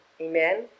Amen